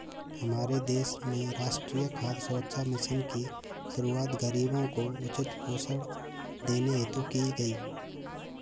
हमारे देश में राष्ट्रीय खाद्य सुरक्षा मिशन की शुरुआत गरीबों को उचित पोषण देने हेतु की गई